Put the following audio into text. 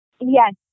Yes